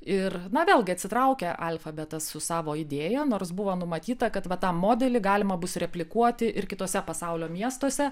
ir na vėlgi atsitraukė alfa beta su savo idėja nors buvo numatyta kad va tą modelį galima bus replikuoti ir kitose pasaulio miestuose